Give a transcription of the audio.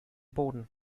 boden